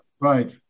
Right